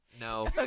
No